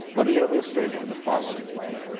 let me ah illustrate it in the following way.